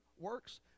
works